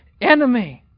enemy